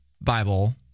Bible